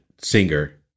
singer